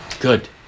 Good